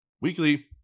weekly